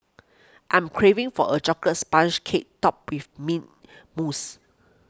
I'm craving for a Chocolate Sponge Cake Topped with Mint Mousse